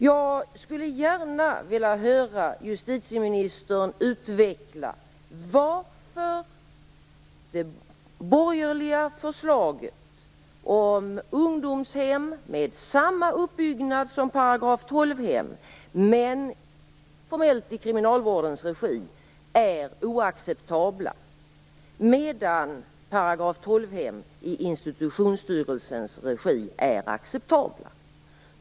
Jag skulle gärna vilja höra justitieministern utveckla varför ungdomshem enligt det borgerliga förslaget, med samma uppbyggnad som § 12-hem men formellt i kriminalvårdens regi, är oacceptabla medan § 12-hem i institutionsstyrelsens regi är acceptabla.